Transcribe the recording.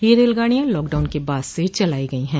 ये रेलगाड़ियां लॉकडाउन के बाद से चलाई गई हैं